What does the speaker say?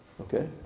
Okay